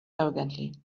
arrogantly